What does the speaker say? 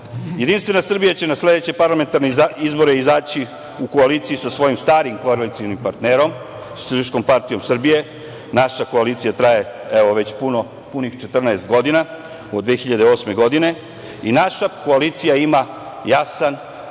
opsena. Jedinstvena Srbija će na sledeće parlamentarne izbore izaći u koaliciji sa svojim starim koalicionim partnerom Socijalističkom partijom Srbije. Naša koalicija traje evo već punih 14 godina, od 2008. godine i naša koalicija ima jasan